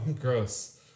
gross